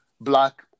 black